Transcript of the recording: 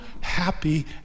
happy